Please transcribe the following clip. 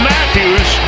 Matthews